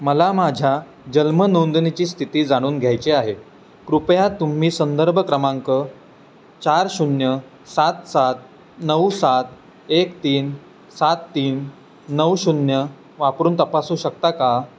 मला माझ्या जन्म नोंदणीची स्थिती जाणून घ्यायची आहे कृपया तुम्ही संदर्भ क्रमांक चार शून्य सात सात नऊ सात एक तीन सात तीन नऊ शून्य वापरून तपासू शकता का